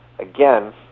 Again